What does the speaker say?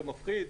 זה מפחיד,